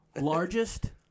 Largest